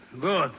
Good